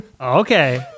okay